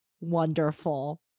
wonderful